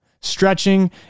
stretching